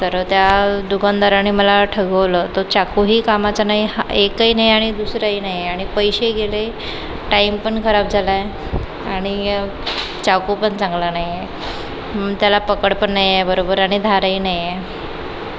तर त्या दुकानदाराने मला ठगवलंं तो चाकूही कामाचा नाही हा एकही नाही आणि दुसराही नाही आणि पैसे गेले टाईम पण खराब झाला आहे आणि चाकू पण चांगला नाही आहे त्याला पकड पण नाही आहे बरोबर आणि धारही नाही आहे